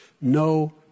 No